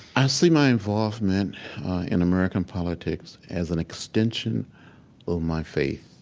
i see my involvement in american politics as an extension of my faith,